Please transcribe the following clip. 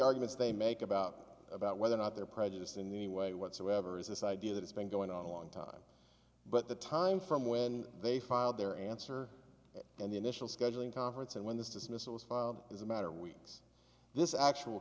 arguments they make about about whether or not they're prejudiced in the way whatsoever is this idea that it's been going on a long time but the time from when they filed their answer and the initial scheduling conference and when this dismissal was filed is a matter of weeks this actual